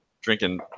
drinking